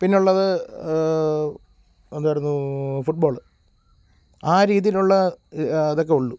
പിന്നെയുള്ളത് എന്തായിരുന്നു ഫുട്ബോള് ആ രീതിയിലുള്ള അതൊക്കെ ഉള്ളൂ